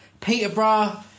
Peterborough